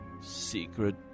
Secret